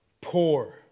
poor